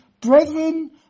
brethren